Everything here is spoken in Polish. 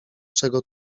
czego